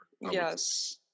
Yes